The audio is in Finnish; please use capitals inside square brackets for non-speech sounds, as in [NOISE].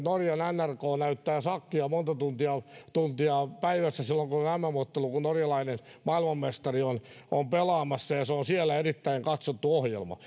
norjan nrk näyttää shakkia monta tuntia päivässä silloin kun on mm ottelu kun norjalainen maailmanmestari on on pelaamassa ja se on siellä erittäin katsottu ohjelma [UNINTELLIGIBLE]